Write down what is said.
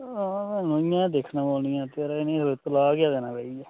हां नमियां गै दिक्खना पौनियां ते उ'नें तलाक गै देना पेई गेआ